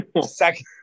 second